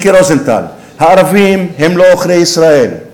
מיקי רוזנטל, הערבים הם לא עוכרי ישראל,